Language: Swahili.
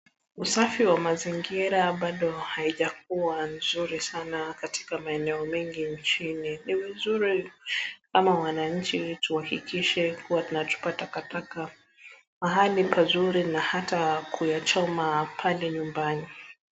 Usafi wa mazingira bado haijakuwa nzuri sana katika maeneo mengi nchini. Ni vizuri kama wananchi tuhakikishe kuwa tunachukua takataka mahali pazuri na ata kuyachoma pale nyumbani.